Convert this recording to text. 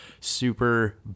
super